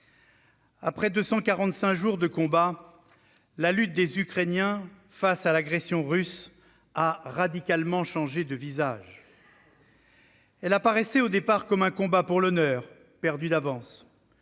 Après 245 jours de combats, la lutte des Ukrainiens face à l'agression russe a radicalement changé de visage. Elle apparaissait au départ comme un combat pour l'honneur, perdu d'avance.